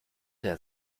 der